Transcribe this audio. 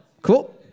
Cool